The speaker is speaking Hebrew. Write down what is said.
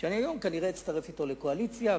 היום אני כנראה אצטרף אתו לקואליציה,